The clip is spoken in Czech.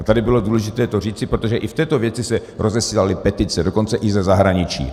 Tady bylo důležité to říci, protože i v této věci se rozesílaly petice, dokonce i ze zahraničí.